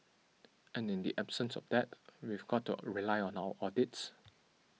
and in the absence of that we've got to rely on our audits